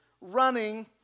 running